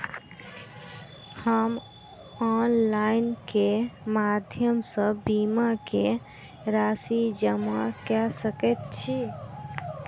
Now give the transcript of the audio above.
हम ऑनलाइन केँ माध्यम सँ बीमा केँ राशि जमा कऽ सकैत छी?